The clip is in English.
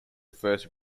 first